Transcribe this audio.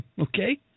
Okay